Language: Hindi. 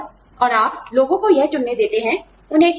और आप लोगों को यह चुनने देते हैं उन्हें क्या चाहिए